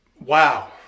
Wow